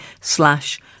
slash